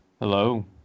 Hello